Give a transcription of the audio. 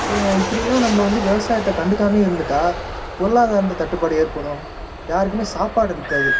ஏ இப்படிலாம் நம்ப வந்து விவசாயத்தை கண்டுக்காமே இருந்து விட்டா பொருளாதாரத்தில் தட்டுப்பாடு ஏற்படும் யாருக்குமே சாப்பாடு இருக்காது